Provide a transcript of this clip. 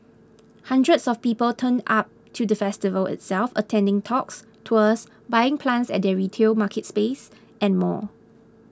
hundreds of people turned up to the festival itself attending talks tours buying plants at their retail marketplace and more